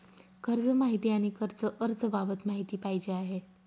कर्ज माहिती आणि कर्ज अर्ज बाबत माहिती पाहिजे आहे